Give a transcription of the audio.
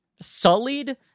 sullied